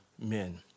men